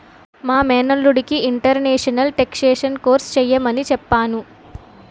మా మేనల్లుడికి international taxation course చెయ్యమని చెప్పాను